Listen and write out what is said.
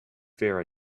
fair